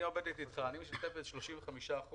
אני משתתפת אתך ב-35%,